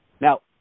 Now